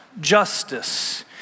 justice